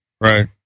Right